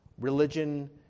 Religion